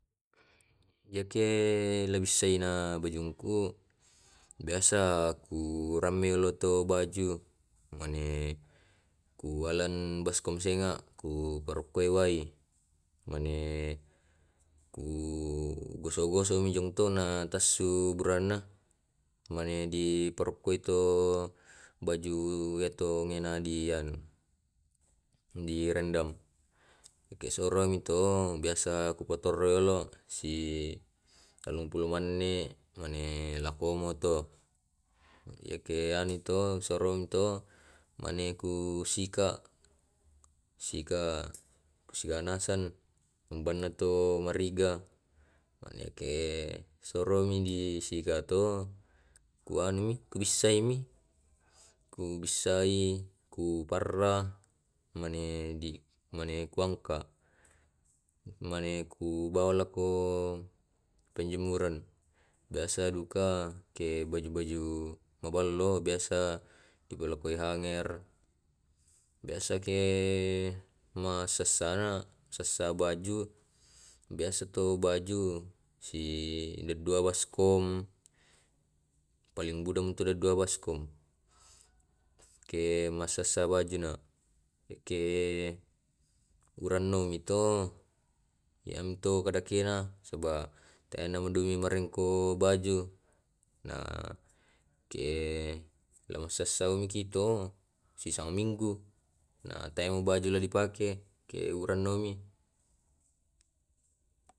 Iyake la bissaina bajungku. Biasa ku rammi lo to baju mane, kualan baskom senga. Kuparokkoi wai, mane ku gosok gosok mi jontona tassu burana, mane di parokkoi to baju ya to ena di anu. Di rendam, yake suroanni to biasa ku paterrollo dolo sitallumpulo manne, mane lako mu to. Yake anu to, surong to mane ku sika, sika sigana naseng bambanna to gariga man yakke soromi di sika to ku anumi, kubissaimi, ku bissai, ku parra mane di mane ku angka. Mane ku bawa lakko penjemuran. Biasa duka ke baju baju mabello, biasa ku balokoi hanger. Biasa ke masessana, sessa baju biasa to baju. si ledua baskom. Paling buda mi tu dua baskom, ehm. Kemassessa baju na eke urannu mi to, iyam to kadakena. Soba teana na eddungi korengku baju, na ke iyamasessai i to sisama minggu na teo baju na dipake. Ke uranno mi.